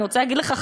אני רוצה להגיד לך,